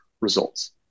results